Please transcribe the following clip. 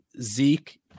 Zeke